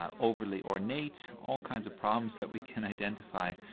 um overly ornate all kinds of problems that we can identify.